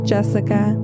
Jessica